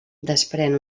desprèn